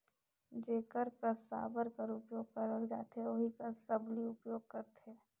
जेकर कस साबर कर उपियोग करल जाथे ओही कस सबली उपियोग करथे